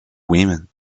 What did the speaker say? women